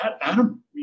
Adam